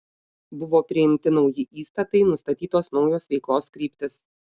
buvo priimti nauji įstatai nustatytos naujos veiklos kryptys